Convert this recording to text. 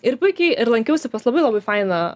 ir puikiai ir lankiausi pas labai labai fainą